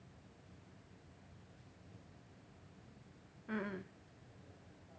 mm